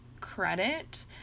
credit